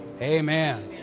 amen